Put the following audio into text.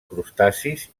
crustacis